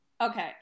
Okay